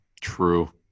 True